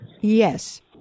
Yes